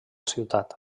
ciutat